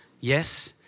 yes